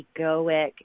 egoic